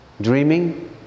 dreaming